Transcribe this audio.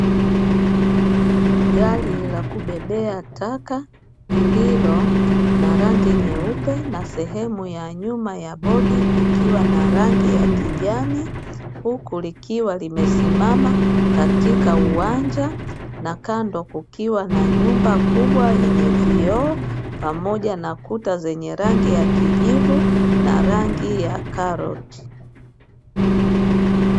Gari la kubebea taka lililo na rangi nyeupe na sehemu ya nyuma ya bodi ikiwa na rangi ya kijani, huku likiwa limesimama katika uwanja na kando kukiwa na nyumba kubwa yenye vioo pamoja na kuta zenye rangi ya kijivu na rangi ya karoti.